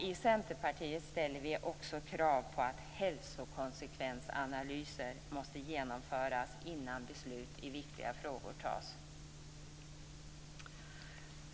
I Centerpartiet ställer vi också krav på att hälsokonsekvensanalyser måste genomföras innan beslut i viktiga frågor fattas.